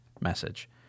message